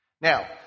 Now